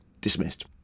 dismissed